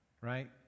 right